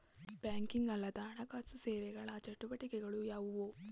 Banking ಅಲ್ಲದ ಹಣಕಾಸು ಸೇವೆಗಳ ಚಟುವಟಿಕೆಗಳು ಯಾವುವು?